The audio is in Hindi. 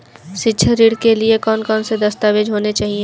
शिक्षा ऋण के लिए कौन कौन से दस्तावेज होने चाहिए?